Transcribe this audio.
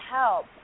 help